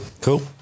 Cool